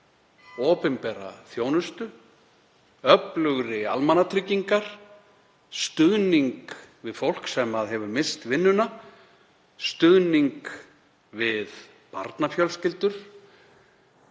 opinbera þjónustu, öflugri almannatryggingar, stuðning við fólk sem hefur misst vinnuna, stuðning við barnafjölskyldur,